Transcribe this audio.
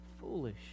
foolish